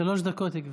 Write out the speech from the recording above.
שלוש דקות, גברתי.